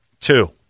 Two